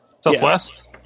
Southwest